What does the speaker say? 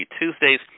Tuesdays